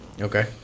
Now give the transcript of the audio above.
Okay